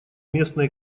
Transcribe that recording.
местной